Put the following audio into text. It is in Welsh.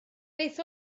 beth